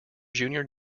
junior